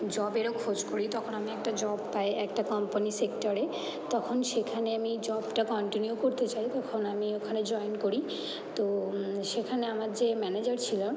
জবেরও খোঁজ করি তখন আমি একটা জব পাই একটা কম্পানি সেক্টারে তখন সেখানে আমি জবটা কন্টিনিউ করতে চাই তখন আমি ওখানে জয়েন করি তো সেখানে আমার যে ম্যানেজার ছিল